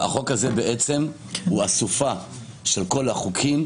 החוק הזה הוא אסופה של כל החוקים,